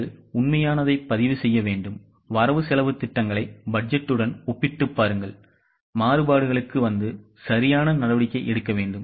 நீங்கள் உண்மையானதைப் பதிவு செய்ய வேண்டும் வரவுசெலவுத் திட்டங்களை பட்ஜெட்டுடன் ஒப்பிட்டுப் பாருங்கள் மாறுபாடுகளுக்கு வந்து சரியான நடவடிக்கை எடுக்க வேண்டும்